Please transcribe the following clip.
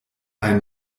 ein